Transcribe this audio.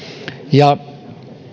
ja